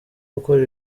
gukora